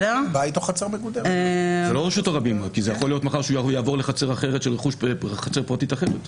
אבל מה אם הוא יעבור לחצר פרטית אחרת?